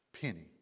penny